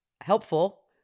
helpful